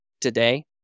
today